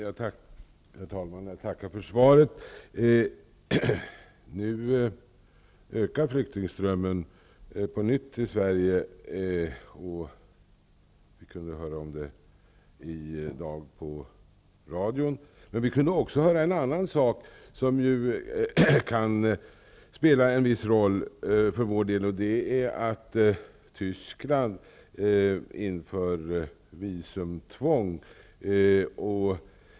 Herr talman! Jag tackar för svaret. Flyktingströmmen till Sverige ökar på nytt. Vi kunde höra om det i dag på radion. Men vi kunde också höra en annan sak som kan spela en viss roll för vår del, nämligen att Tyskland inför visumtvång.